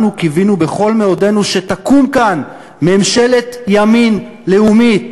אנחנו קיווינו בכל מאודנו שתקום כאן ממשלת ימין לאומית.